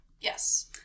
Yes